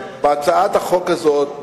בהצעת החוק הזאת,